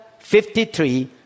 53